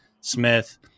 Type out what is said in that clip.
Smith